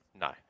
No